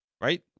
Right